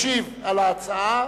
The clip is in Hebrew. ישיב על ההצעה